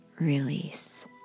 release